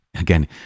Again